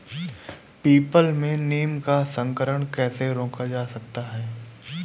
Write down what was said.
People में नीम का संकरण कैसे रोका जा सकता है?